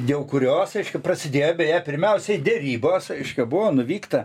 dėl kurios reiškia prasidėjo beje pirmiausiai derybos reiškia buvo nuvykta